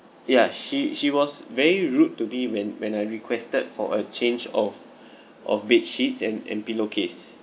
ya she she was very rude to me when when I requested for a change of of bed sheets and and pillow case